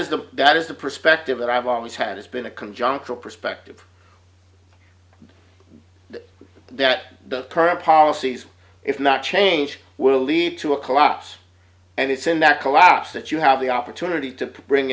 the that is the perspective that i've always had it's been a conjuncture perspective that the current policies if not change will lead to a collapse and it's in that collapse that you have the opportunity to bring